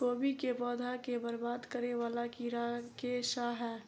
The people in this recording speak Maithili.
कोबी केँ पौधा केँ बरबाद करे वला कीड़ा केँ सा है?